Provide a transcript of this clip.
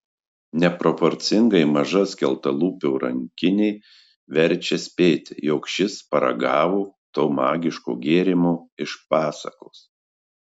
neproporcingai maža skeltalūpio rankinė verčia spėti jog šis paragavo to magiško gėrimo iš pasakos